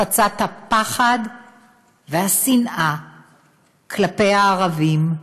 הפצת הפחד והשנאה כלפי הערבים,